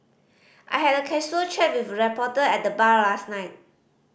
I had a casual chat with a reporter at the bar last night